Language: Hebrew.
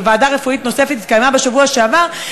וועדה רפואית נוספת התכנסה בשבוע שעבר.